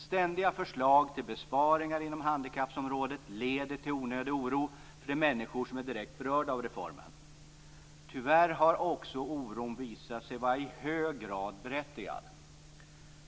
Ständiga förslag till besparingar inom handikappområdet leder till onödig oro för de människor som är direkt berörda av reformen. Tyvärr har också oron visat sig vara i hög grad berättigad.